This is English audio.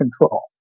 control